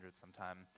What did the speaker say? sometime